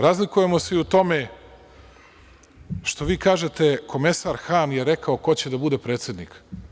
Razlikujemo se i u tome što vi kažete – Komesar Han je rekao ko će da bude predsednik.